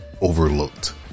overlooked